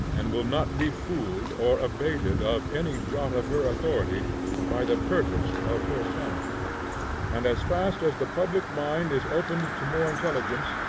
and will not be fooled or abated of any jot of her authority by the pertest of her sons and as fast as the public mind is opened to more intelligence,